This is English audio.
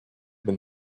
been